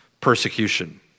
persecution